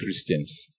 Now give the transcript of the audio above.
Christians